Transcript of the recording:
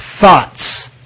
thoughts